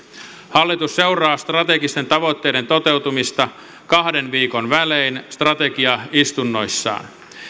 hallitus seuraa strategisten tavoitteiden toteutumista kahden viikon välein strategiaistunnoissaan